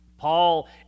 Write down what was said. Paul